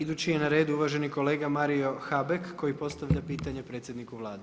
Idući je na redu uvaženi kolega Mario Habek koji postavlja pitanje predsjedniku Vlade.